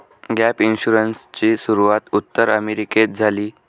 gap इन्शुरन्सची सुरूवात उत्तर अमेरिकेत झाली